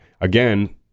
again